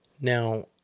now